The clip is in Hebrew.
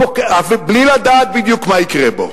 בלי לדעת בדיוק מה יקרה בו,